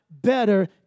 better